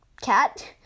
cat